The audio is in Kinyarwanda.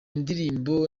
ndirimbo